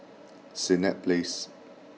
Senett Place